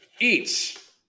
eats